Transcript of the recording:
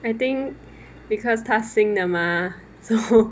I think because 他新的 mah so